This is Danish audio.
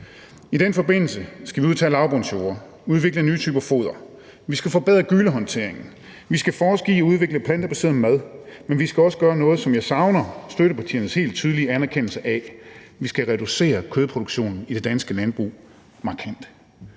I den forbindelse skal vi udtage lavbundsjorder, udvikle nye typer foder. Vi skal forbedre gyllehåndteringen. Vi skal forske i at udvikle plantebaseret mad. Men vi skal også gøre noget, som jeg savner støttepartiernes helt tydelige anerkendelse af: Vi skal reducere kødproduktionen i det danske landbrug markant.